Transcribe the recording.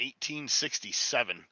1867